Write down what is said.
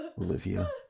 Olivia